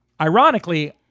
Ironically